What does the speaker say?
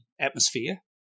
atmosphere